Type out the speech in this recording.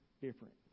different